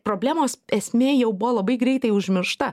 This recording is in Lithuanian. problemos esmė jau buvo labai greitai užmiršta